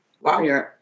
Wow